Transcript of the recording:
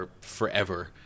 forever